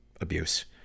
abuse